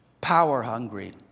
power-hungry